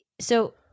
so-